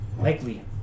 likely